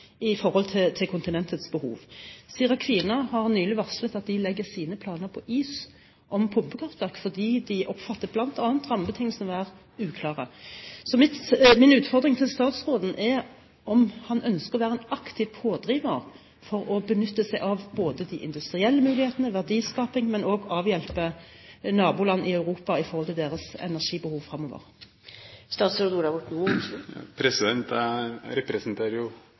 kontinentets behov. Sira-Kvina kraftselskap har nylig varslet at de legger sine planer om pumpekraftverk på is, fordi de oppfatter det slik at bl.a. rammebetingelsene er uklare. Min utfordring til statsråden er om han ønsker å være en aktiv pådriver i det å benytte seg av både de industrielle mulighetene og verdiskaping, men også avhjelpe energibehovet til naboland i Europa